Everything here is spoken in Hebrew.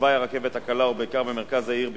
בתוואי הרכבת הקלה, ובעיקר במרכז העיר בירושלים,